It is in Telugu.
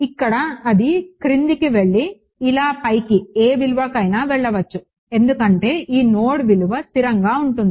ఇక్కడ అది క్రిందికి వెళ్లి ఇలా పైకి ఏ విలువకైనా వెళ్లవచ్చు ఎందుకంటే ఈ నోడ్ విలువ స్థిరంగా ఉంటుంది